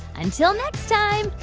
until next time,